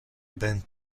ben